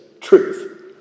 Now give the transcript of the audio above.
truth